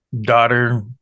daughter